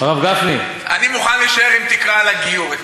הרב גפני, אני מוכן להישאר אם תקרא על הגיור.